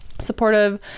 supportive